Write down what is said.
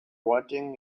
waiting